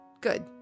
Good